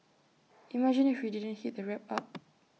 imagine if she didn't heat the wrap up